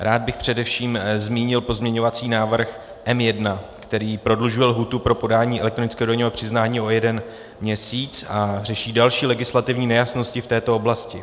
Rád bych především zmínil pozměňovací návrh M1, který prodlužuje lhůtu pro podání elektronického daňového přiznání o jeden měsíc a řeší další legislativní nejasnosti v této oblasti.